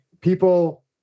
people